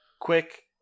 quick